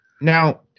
Now